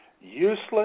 useless